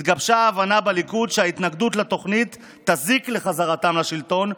התגבשה ההבנה בליכוד שההתנגדות לתוכנית תזיק לחזרתם לשלטון,